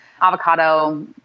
avocado